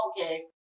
okay